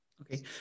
Okay